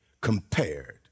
compared